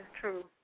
true